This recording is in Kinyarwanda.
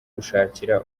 gushakira